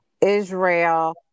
Israel